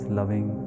loving